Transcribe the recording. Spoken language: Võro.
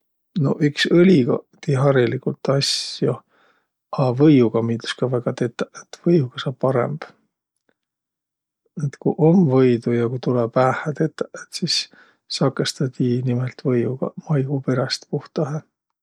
No iks õliga tii hariligult asjo, a võiuga miildüs ka tetäq. Võiuga saa parõmb. Et ku om võidu ja ku tulõ päähä, sis sakõstõ tii nimelt võiugaq maigu peräst puhtahe.